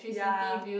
ya